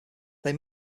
they